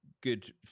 good